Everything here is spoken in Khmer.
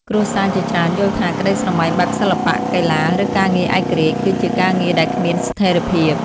គ្រួសារជាច្រើនយល់ថា ក្តីស្រមៃបែបសិល្បៈ កីឡា ឬការងារឯករាជ្យ គឺជាការងារដែលគ្មានស្ថិរភាព។